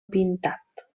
pintat